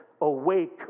awake